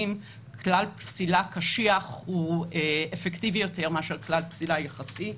כלל פסילה קשיח הוא אפקטיבי יותר מאשר כלל פסילה יחסי.